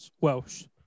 Welsh